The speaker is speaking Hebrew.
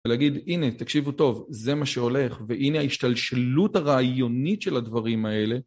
להגיד הנה תקשיבו טוב זה מה שהולך והנה ההשתלשלות הרעיונית של הדברים האלה